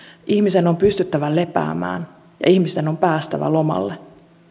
ihmisen on pystyttävä lepäämään ja ihmisten on päästävä lomalle